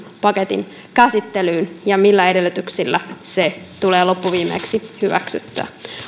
paketin käsittelyyn ja millä edellytyksillä se tulee loppuviimeksi hyväksyttyä